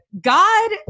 God